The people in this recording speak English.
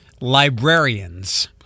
librarians